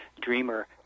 dreamer